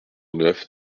neuf